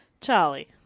Charlie